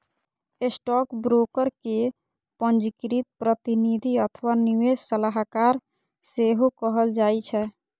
stockbroker कें पंजीकृत प्रतिनिधि अथवा निवेश सलाहकार सेहो कहल जाइ छै